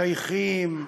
מחייכים,